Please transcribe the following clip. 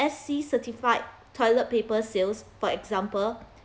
F_S_C certified toilet paper sales for example